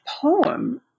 poem